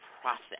process